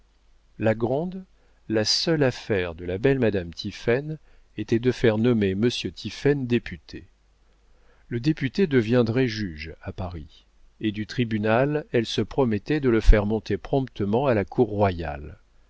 la grande la seule affaire de la belle madame tiphaine était de faire nommer monsieur tiphaine député le député deviendrait juge à paris et du tribunal elle se promettait de le faire monter promptement à la cour royale